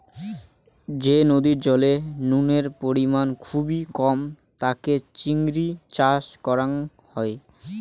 যে নদীর জলে নুনের পরিমাণ খুবই কম তাতে চিংড়ি চাষ করাং হই